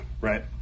right